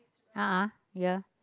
a'ah ya